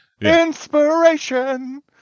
Inspiration